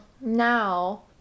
now